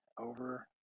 over